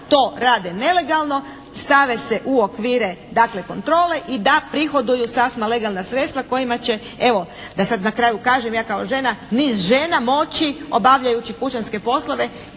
to rade nelegalno stave se u okvire kontrole i da prihoduju sasma legalna sredstva kojima će evo, da sad na kraju kažem ja kao žena, niz žena moći obavljajući kućanske poslove